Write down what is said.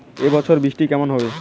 এবছর বৃষ্টি কেমন হবে?